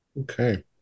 Okay